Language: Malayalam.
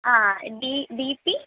ആ ഡീ ഡീ പി